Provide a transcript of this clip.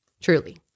Truly